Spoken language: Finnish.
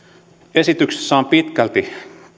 esityksessä on pitkälti